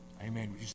Amen